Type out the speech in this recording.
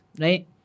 right